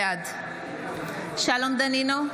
בעד שלום דנינו,